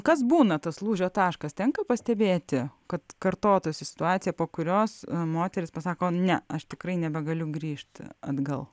kas būna tas lūžio taškas tenka pastebėti kad kartotųsi situacija po kurios moteris pasako ne aš tikrai nebegaliu grįžti atgal